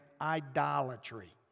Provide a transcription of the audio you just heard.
idolatry